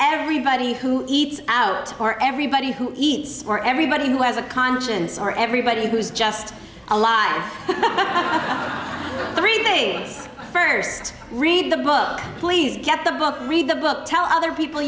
everybody who eats out or everybody who eats or everybody who has a conscience or everybody who's just alive three days first read the book please get the book read the book tell other people